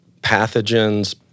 pathogens